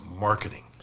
marketing